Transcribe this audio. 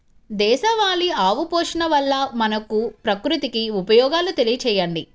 దేశవాళీ ఆవు పోషణ వల్ల మనకు, ప్రకృతికి ఉపయోగాలు తెలియచేయండి?